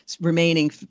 remaining